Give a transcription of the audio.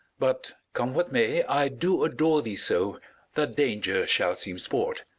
but, come what may, i do adore thee so that danger shall seem sport,